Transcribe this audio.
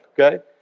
Okay